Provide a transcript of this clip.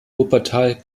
wuppertal